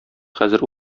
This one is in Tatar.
хәзер